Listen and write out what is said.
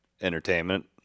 entertainment